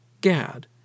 Gad